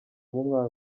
umwaka